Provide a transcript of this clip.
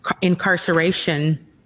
incarceration